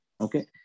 Okay